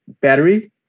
battery